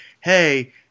hey